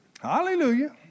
Hallelujah